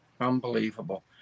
Unbelievable